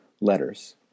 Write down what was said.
letters